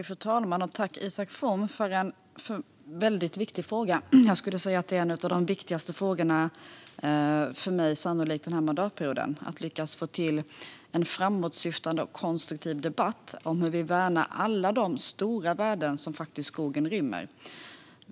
Fru talman! Tack, Isak From, för en väldigt viktig fråga! Jag skulle säga att det sannolikt är något av det viktigaste för mig under den här mandatperioden att lyckas få en framåtsyftande och konstruktiv debatt om hur vi kan värna alla de stora värden som skogen rymmer.